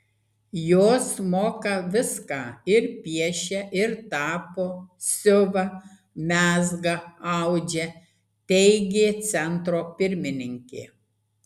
jos moka viską ir piešia ir tapo siuva mezga audžia teigė centro pirmininkė